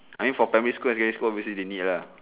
I mean for primary school secondary school obviously they need lah